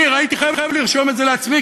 הייתי חייב לרשום את זה לעצמי,